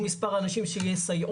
15 בדצמבר 2021 למניינם.